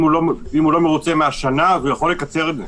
אם הוא לא מרוצה מהשנה, הוא יכול לקצר את זה.